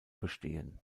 bestehen